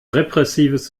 repressives